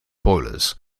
boilers